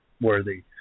worthy